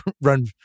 run